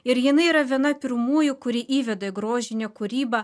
ir jinai yra viena pirmųjų kuri įveda į grožinę kūrybą